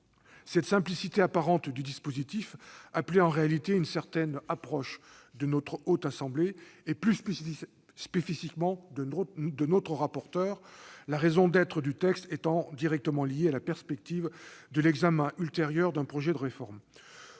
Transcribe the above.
Cette simplicité apparente du dispositif appelait en réalité une certaine approche de la Haute Assemblée, et plus spécifiquement de notre rapporteur, la raison d'être du texte étant directement liée à la perspective de l'examen ultérieur d'un projet de réforme.